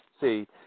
see